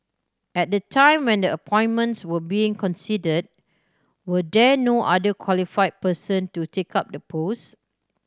at the time when the appointments were being considered were there no other qualified person to take up the puss